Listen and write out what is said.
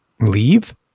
leave